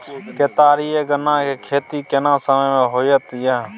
केतारी आ गन्ना के खेती केना समय में होयत या?